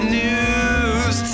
news